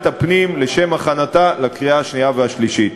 הפנים לשם הכנתה לקריאה שנייה ולקריאה שלישית.